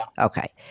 Okay